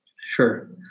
Sure